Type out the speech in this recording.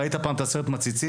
ראית פעם את הסרט מציצים?